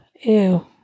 Ew